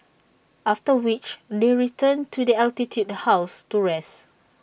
after which they return to the altitude house to rest